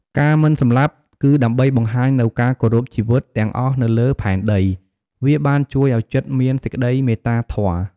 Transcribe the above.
ការមិនសម្លាប់ គឺដើម្បីបង្ហាញនូវការគោរពជីវិតទាំងអស់នៅលើផែនដី វាបានជួយឲ្យចិត្តមានសេចក្តីមេត្តាធម៌។